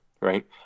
right